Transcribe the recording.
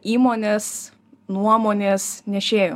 įmonės nuomonės nešėju